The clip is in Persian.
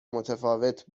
متفاوت